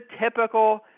typical